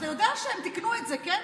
אבל אתה יודע שהם תיקנו את זה, כן?